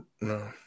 no